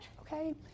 Okay